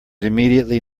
immediately